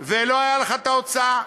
ולא הייתה לך ההוצאה.